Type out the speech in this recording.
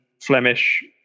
Flemish